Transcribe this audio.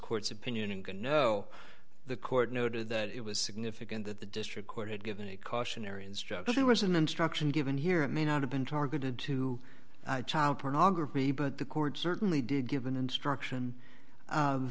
court's opinion and no the court noted that it was significant that the district court had given a cautionary instruction was an instruction given here it may not have been targeted to child pornography but the court certainly did give an instruction